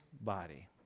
body